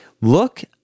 Look